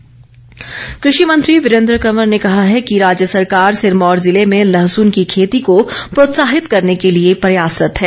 वीरेंद्र कंवर कृषि मंत्री वीरेंद्र कंवर ने कहा है कि राज्य सरकार सिरमौर जिले में लहसुन की खेती को प्रोत्साहित करने को लिए प्रयासरत है